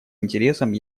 интересам